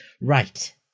Right